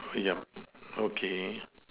yup okay